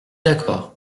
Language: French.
d’accord